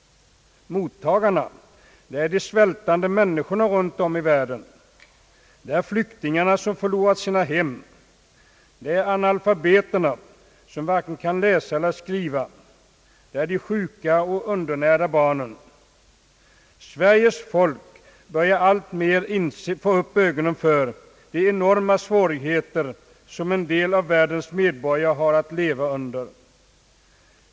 Mottagarna — det är de svältande människorna runt om i världen, det är flyktingarna som förlorat sina hem, analfabeterna som varken kan läsa eller skriva, de sjuka och undernärda barnen. Sveriges folk börjar alltmer få upp ögonen för de enorma svårigheter som en del av världens folk har att leva under.